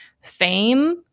fame